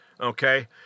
Okay